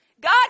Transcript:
God